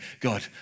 God